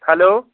hello